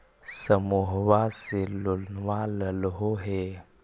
समुहवा से लोनवा लेलहो हे?